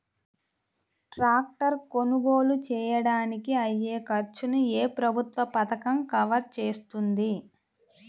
Tractor కొనుగోలు చేయడానికి అయ్యే ఖర్చును ఏ ప్రభుత్వ పథకం కవర్ చేస్తుంది?